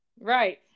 Right